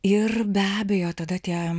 ir be abejo tada tie